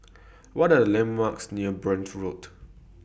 What Are The landmarks near Burn Road